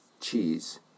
cheese